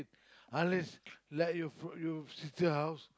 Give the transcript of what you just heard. unless like your sister house